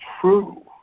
true